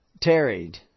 tarried